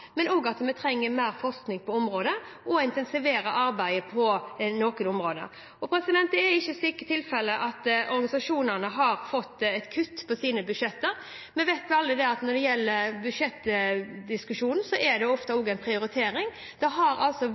men også på at vi trenger mer forskning på området og intensivering av arbeidet på noen områder. Det er ikke tilfellet at organisasjonene har fått kutt i sine budsjetter. Vi vet at når det gjelder budsjettdiskusjonen, er det ofte en prioritering. Det har